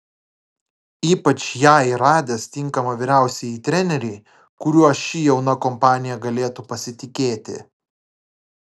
ypač jai radęs tinkamą vyriausiąjį trenerį kuriuo ši jauna kompanija galėtų pasitikėti